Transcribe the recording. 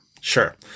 Sure